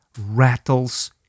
rattles